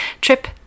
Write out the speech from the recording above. Trip